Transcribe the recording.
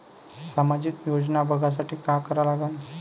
सामाजिक योजना बघासाठी का करा लागन?